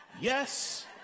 Yes